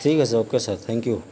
ٹھیک ہے sir okay sir thank you